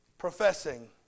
professing